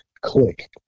click